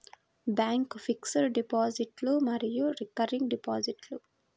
bank fixed డిపాజిట్లు మరియు recurring డిపాజిట్లు